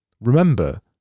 Remember